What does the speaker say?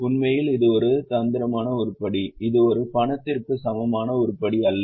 உண்மையில் இது ஒரு தந்திரமான உருப்படி இது ஒரு பணத்திற்கு சமமான உருப்படி அல்ல